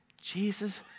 jesus